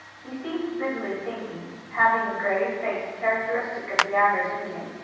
he seemed busily thinking, having the grave face characteristic of the average indian.